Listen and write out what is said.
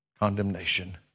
condemnation